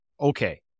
okay